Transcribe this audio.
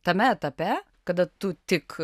tame etape kada tu tik